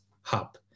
hub